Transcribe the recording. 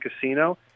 Casino